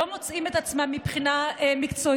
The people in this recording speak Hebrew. לא מוצאים את עצמם מבחינה מקצועית,